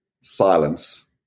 silence